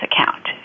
account